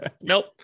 Nope